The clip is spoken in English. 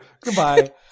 Goodbye